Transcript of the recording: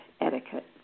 etiquette